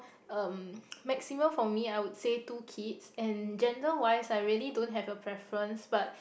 um maximum for me I would say two kids and gender wise I really don't have a preference but